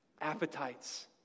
appetites